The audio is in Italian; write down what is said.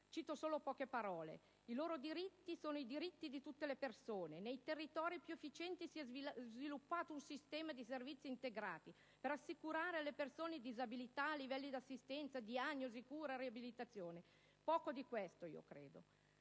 Cito solo poche parole: «I loro diritti sono diritti di tutte le persone. Nei territori più efficienti si è sviluppato un sistema di servizi integrati per assicurare alle persone con disabilità i livelli essenziali di diagnosi, cura, riabilitazione». In realtà, credo